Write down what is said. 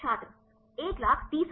छात्र 1 30000